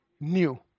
new